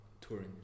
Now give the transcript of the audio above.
touring